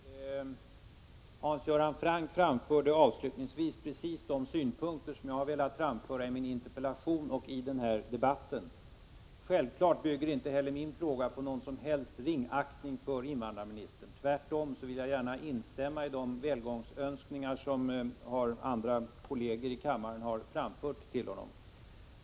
Fru talman! Hans Göran Franck framförde avslutningsvis precis de synpunkter som jag har velat framföra i min interpellation och i denna debatt. Självfallet bygger inte heller min fråga på någon som helst ringaktning av invandrarministern. Tvärtom vill jag gärna instämma i de välgångsönskningar som kolleger i kammaren har framfört till honom.